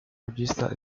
regista